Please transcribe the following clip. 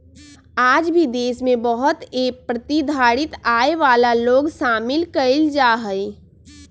आज भी देश में बहुत ए प्रतिधारित आय वाला लोग शामिल कइल जाहई